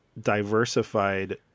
diversified